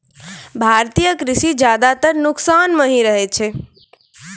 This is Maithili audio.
भारतीय कृषि ज्यादातर नुकसान मॅ ही रहै छै